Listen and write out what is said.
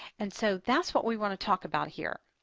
and so that's what we want to talk about here.